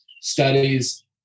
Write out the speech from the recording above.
studies